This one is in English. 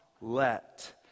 let